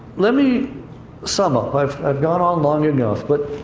let me sum up. i've i've gone on long enough. but,